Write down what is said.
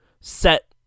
set